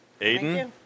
Aiden